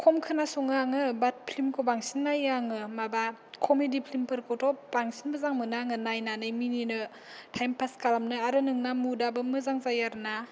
खम खोनासङो आङो बाट फ्लिमखौ बांसिन नायो आङो माबा कमेदि फ्लिमफोरखौथ बांसिन मोजां मोनो आङो नायनानै मिनिनो टाइम पास खालामनो आनो नोंना मुदाबो मोजां जायो आरोना